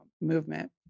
movement